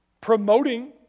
Promoting